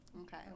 Okay